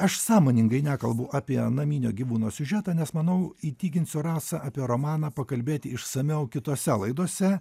aš sąmoningai nekalbu apie naminio gyvūno siužetą nes manau įtikinsiu rasą apie romaną pakalbėti išsamiau kitose laidose